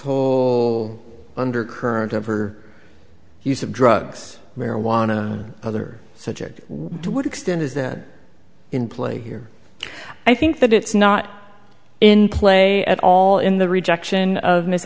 whole undercurrent of her use of drugs marijuana other such as to what extent is the in play here i think that it's not in play at all in the rejection of miss